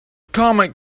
comet